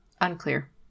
Unclear